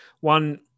One